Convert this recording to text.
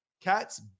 Cats